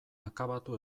akabatu